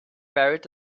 buried